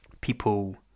people